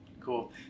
cool